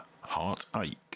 Heartache